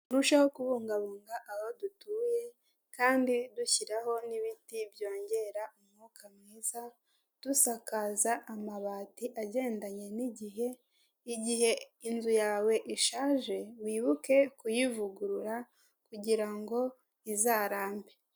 Turusheho kubungabunga aho dutuye kandi dushyiraho n'ibiti byongera umwuka mwiza, dusakaza amabati agendanye n'igihe, igihe inzu yawe ishaje wibuke kuyivugurura kugira ngo izarambe.